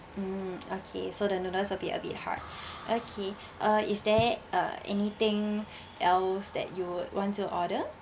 mm okay so the noodles will be a bit hard okay uh is there uh anything else that you would want to order